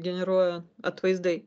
generuoja atvaizdai